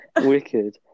Wicked